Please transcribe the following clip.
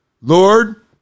Lord